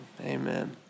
amen